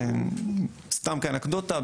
כאנקדוטה,